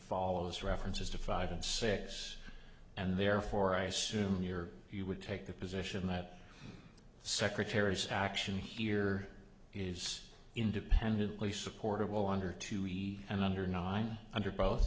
follows references to five and six and therefore i assume your you would take the position that secretaries action here is independently supportable under two e and under nine under both